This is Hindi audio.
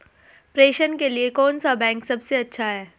प्रेषण के लिए कौन सा बैंक सबसे अच्छा है?